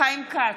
חיים כץ,